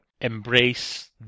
embrace